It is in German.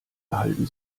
erhalten